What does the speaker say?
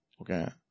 Okay